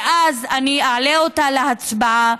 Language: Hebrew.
ואז אני אעלה אותה להצבעה,